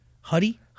Huddy